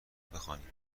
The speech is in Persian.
بخوانیم